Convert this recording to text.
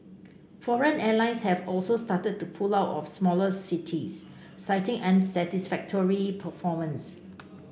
foreign airlines have also started to pull out of smaller cities citing unsatisfactory performance